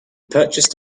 purchased